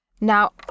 Now